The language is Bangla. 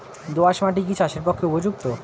দোআঁশ মাটি কি চাষের পক্ষে উপযুক্ত?